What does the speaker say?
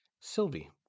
Sylvie